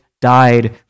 died